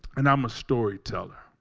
and i'm a storyteller.